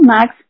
Max